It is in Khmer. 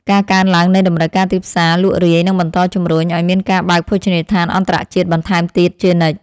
ការកើនឡើងនៃតម្រូវការទីផ្សារលក់រាយនឹងបន្តជំរុញឱ្យមានការបើកភោជនីយដ្ឋានអន្តរជាតិបន្ថែមទៀតជានិច្ច។